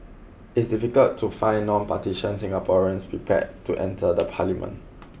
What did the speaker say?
it is difficult to find non partitions Singaporeans prepared to enter the Parliament